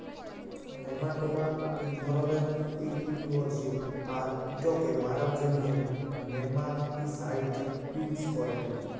nematoda ইক ধরলের ইক লিঙ্গ জীব আর ইটকে মারার জ্যনহে নেমাটিসাইড ইউজ ক্যরে